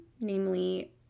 namely